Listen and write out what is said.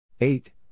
eight